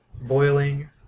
boiling